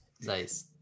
nice